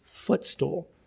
footstool